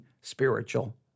spiritual